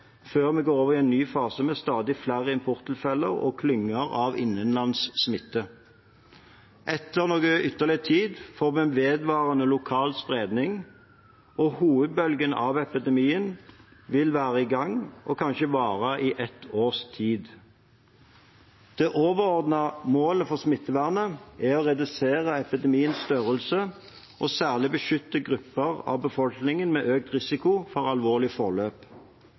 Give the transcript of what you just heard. før vi går over i en ny fase med stadig flere importtilfeller og klynger av innenlands smitte. Etter ytterligere noen tid får vi vedvarende lokal spredning, og hovedbølgen av epidemien vil være i gang og kanskje vare et års tid. Det overordnede målet for smittevernet er å redusere epidemiens størrelse og særlig beskytte grupper av befolkningen med økt risiko for alvorlig forløp.